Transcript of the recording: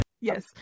yes